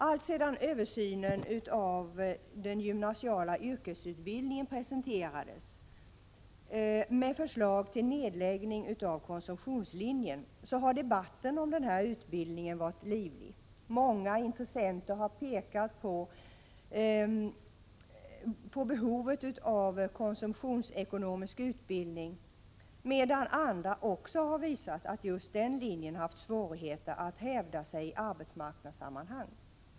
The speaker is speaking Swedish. Alltsedan översynen av den gymnasiala yrkesutbildningen presenterades med förslag till nedläggning av konsumtionslinjen har debatten om denna utbildning varit livlig. Många intressenter har pekat på behovet av konsumtionsekonomisk utbildning, medan andra har visat att just den linjen har haft svårigheter att hävda sig i arbetsmarknadssammanhang.